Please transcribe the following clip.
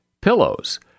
pillows